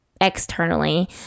externally